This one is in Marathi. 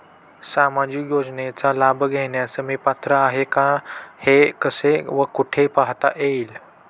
सामाजिक योजनेचा लाभ घेण्यास मी पात्र आहे का हे कसे व कुठे पाहता येईल?